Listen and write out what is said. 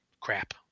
crap